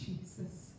Jesus